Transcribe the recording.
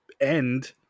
end